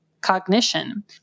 cognition